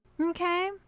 Okay